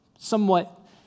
somewhat